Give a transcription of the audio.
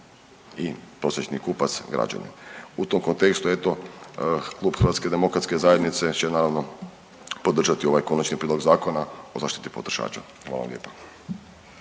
i prosječni kupac, građanin. U tom kontekstu eto Klub HDZ-a će naravno podržati ovaj Konačni prijedlog Zakona o zaštiti potrošača. Hvala vam lijepa.